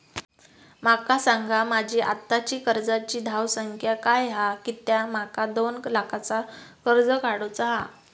माका सांगा माझी आत्ताची कर्जाची धावसंख्या काय हा कित्या माका दोन लाखाचा कर्ज काढू चा हा?